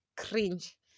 cringe